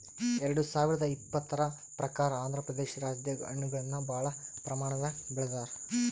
ಎರಡ ಸಾವಿರದ್ ಇಪ್ಪತರ್ ಪ್ರಕಾರ್ ಆಂಧ್ರಪ್ರದೇಶ ರಾಜ್ಯದಾಗ್ ಹಣ್ಣಗಳನ್ನ್ ಭಾಳ್ ಪ್ರಮಾಣದಾಗ್ ಬೆಳದಾರ್